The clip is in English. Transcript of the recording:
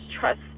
trust